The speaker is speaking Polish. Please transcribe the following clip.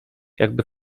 jakby